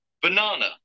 Banana